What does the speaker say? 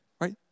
right